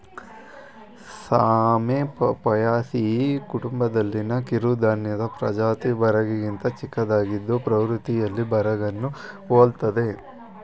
ಸಾಮೆ ಪೋಯೇಸಿಯಿ ಕುಟುಂಬದಲ್ಲಿನ ಕಿರುಧಾನ್ಯದ ಪ್ರಜಾತಿ ಬರಗಿಗಿಂತ ಚಿಕ್ಕದಾಗಿದ್ದು ಪ್ರವೃತ್ತಿಯಲ್ಲಿ ಬರಗನ್ನು ಹೋಲ್ತದೆ